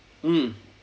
mm